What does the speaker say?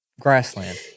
grassland